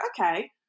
okay